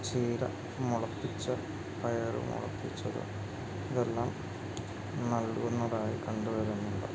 ചീര മുളപ്പിച്ച പയർ മുളപ്പിച്ചത് ഇതെല്ലാം നൽകുന്നതായി കണ്ടുവരുന്നുണ്ട്